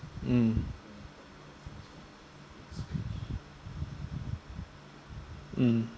mm mm